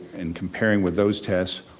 and comparing with those tests,